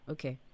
Okay